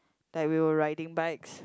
like we were riding bikes